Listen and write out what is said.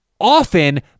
often